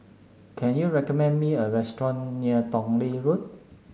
can you recommend me a restaurant near Tong Lee Road